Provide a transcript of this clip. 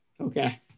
Okay